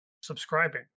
subscribing